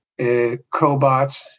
Cobots